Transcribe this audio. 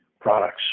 products